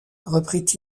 reprit